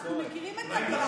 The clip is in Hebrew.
אנחנו מכירים את הדעה.